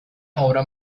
obra